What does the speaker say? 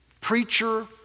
preacher